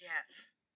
Yes